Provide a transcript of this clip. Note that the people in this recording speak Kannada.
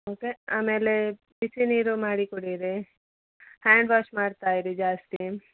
ಓಕೆ ಆಮೇಲೆ ಬಿಸಿ ನೀರು ಮಾಡಿ ಕುಡಿಯಿರಿ ಹ್ಯಾಂಡ್ ವಾಶ್ ಮಾಡ್ತಾ ಇರಿ ಜಾಸ್ತಿ